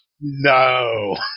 No